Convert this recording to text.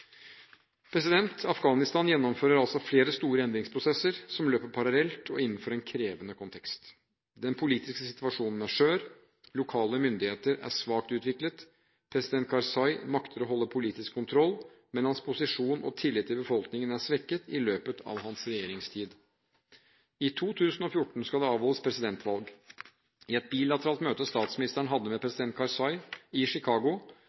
Afghanistan gjennomgår altså flere store endringsprosesser som løper parallelt og innenfor en krevende kontekst. Den politiske situasjonen er skjør. Lokale myndigheter er svakt utviklet. President Karzai makter å holde politisk kontroll, men hans posisjon og tillit i befolkningen er svekket i løpet av hans regjeringstid. I 2014 skal det avholdes presidentvalg. I et bilateralt møte statsministeren hadde med president Karzai i